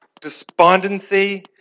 despondency